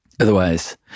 Otherwise